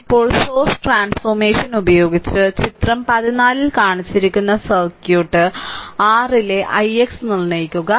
ഇപ്പോൾ source transformation ഉപയോഗിച്ച് ചിത്രം 14 ൽ കാണിച്ചിരിക്കുന്ന സർക്യൂട്ട് r ലെ ix നിർണ്ണയിക്കുക